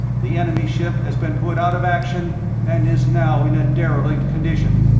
the enemy ship has been put out of action and is now in a derelict condition.